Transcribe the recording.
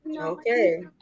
okay